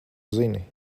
zini